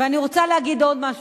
ואני רוצה להגיד עוד משהו,